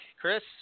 Chris